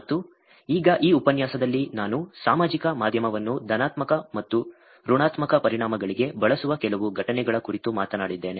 ಮತ್ತು ಈಗ ಈ ಉಪನ್ಯಾಸದಲ್ಲಿ ನಾನು ಸಾಮಾಜಿಕ ಮಾಧ್ಯಮವನ್ನು ಧನಾತ್ಮಕ ಮತ್ತು ಋಣಾತ್ಮಕ ಪರಿಣಾಮಗಳಿಗೆ ಬಳಸುವ ಕೆಲವು ಘಟನೆಗಳ ಕುರಿತು ಮಾತನಾಡಿದ್ದೇನೆ